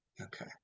Okay